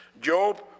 Job